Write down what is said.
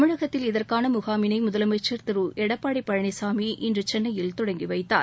தமிழகத்தில் இதற்கான முகாமினை முதலமைச்சர் திரு எடப்பாடி பழனிசாமி இன்று சென்னையில் தொடங்கி வைத்தார்